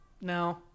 No